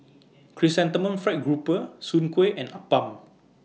Chrysanthemum Fried Grouper Soon Kueh and Appam